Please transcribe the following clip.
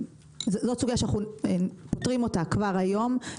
זאת סוגיה שאנחנו פותרים אותה כבר היום.